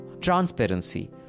Transparency